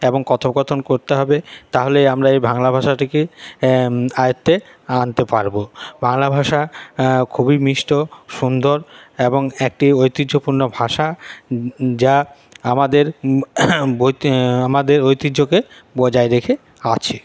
এবং কথোপকথন করতে হবে তাহলেই আমরা এই বাংলা ভাষাটিকে আয়ত্তে আনতে পারবো বাংলা ভাষা খুবই মিষ্ট এবং একটি ঐতিহ্যপূর্ণ ভাষা যা আমাদের আমাদের ঐতিহ্যকে বজাই রেখে আছে